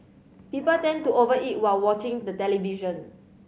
people tend to over eat while watching the television